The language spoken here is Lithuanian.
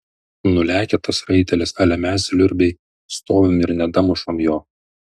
nu lekia tas raitelis ale mes liurbiai stovim ir nedamušam jo